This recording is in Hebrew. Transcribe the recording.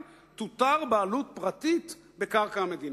תותר בעלות פרטית בקרקע המדינה.